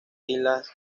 islas